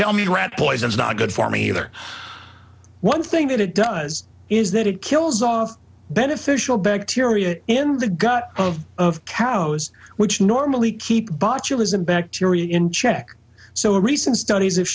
tell me rat poison is not good for me either one thing that it does is that it kills all beneficial bacteria in the gut of cows which normally keep botulism bacteria in check so recent studies have